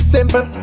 Simple